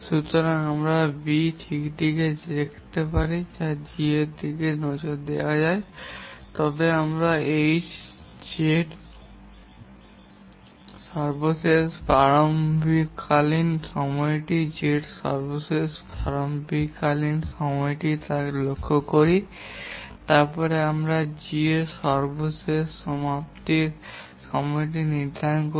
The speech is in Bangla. সুতরাং আমরা যদি B ঠিকভাবে দেখে থাকি তবে একটি G এর দিকে নজর দেওয়া যাক তবে আমরা H Z সর্বশেষ প্রারম্ভকালীন সময়টি Z সর্বশেষ প্রারম্ভকালীন সময়টি কী তা লক্ষ্য করি এবং তারপরে আমরা G এর সর্বশেষ সমাপ্তির সময় নির্ধারণ করি